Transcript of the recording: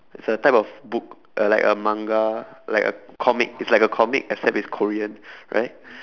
it's a type of book uh like a manga like a comic it's like a comic except it's korean right